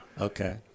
Okay